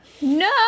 no